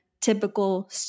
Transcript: typical